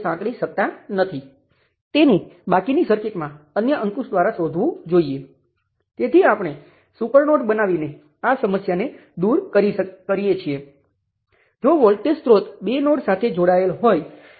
ડાબી બાજુએ જો હું નિયંત્રણ સ્ત્રોતને અવગણું તો મારી પાસે I2 × R12 R22 R23 I3 × R23 હશે આ રેઝિસ્ટરનું યોગદાન છે અને મારી પાસે I1 × R12 પણ હશે